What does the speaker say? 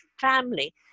family